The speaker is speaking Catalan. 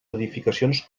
edificacions